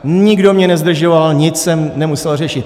Nikdo mě nezdržoval, nic jsem nemusel řešit.